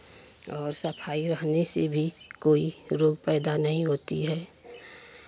और सफाई रहने से भी कोई रोग पैदा नहीं होती है